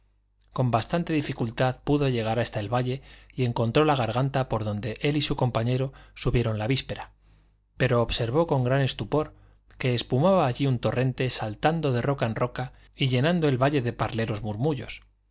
con bastante dificultad pudo llegar hasta el valle y encontró la garganta por donde él y su compañero subieron la víspera pero observó con gran estupor que espumaba allí un torrente saltando de roca en roca y llenando el valle de parleros murmullos